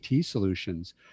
solutions